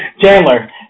Chandler